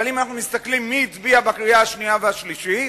אבל אם אנחנו מסתכלים מי הצביע בקריאה השנייה ובקריאה השלישית,